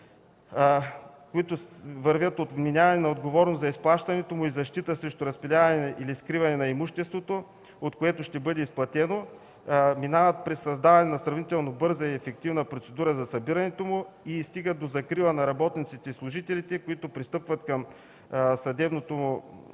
които вървят от вменяване на отговорност за изплащането му и защита срещу разпиляване или скриване на имуществото, от което ще бъде изплатено, минават през създаване на сравнително бърза и ефективна процедура за събирането му и стигат до закрила на работниците и служителите, които пристъпват към съдебното му